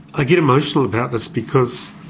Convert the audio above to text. i get emotional about this because